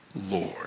Lord